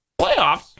Playoffs